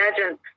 Imagine